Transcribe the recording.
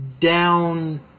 down